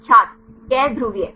छात्र गैर ध्रुवीय